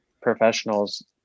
professionals